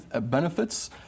benefits